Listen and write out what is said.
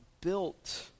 built